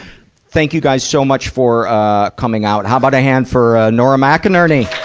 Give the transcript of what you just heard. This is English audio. thank you guys so much for, ah, coming out. how about a hand for, ah, nora mcinerney?